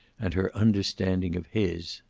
and her understanding of his.